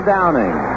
Downing